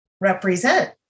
represent